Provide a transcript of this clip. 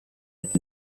with